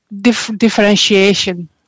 differentiation